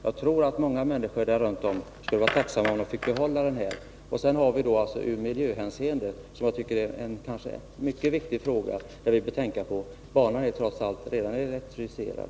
Jag tror att många människor där runt om skulle vara tacksamma om de fick behålla banan. Frågan är mycket viktig också i miljöhänseende. Vi bör tänka på att banan ju redan är elektrifierad.